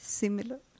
similar